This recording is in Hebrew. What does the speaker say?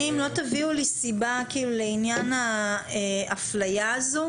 אני, אם לא תביאו לי סיבה לעניין האפליה הזו